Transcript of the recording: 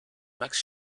max